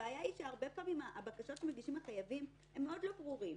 הבעיה היא הרבה פעמים שהבקשות שמגישים החייבים הן מאוד לא ברורות,